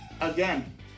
again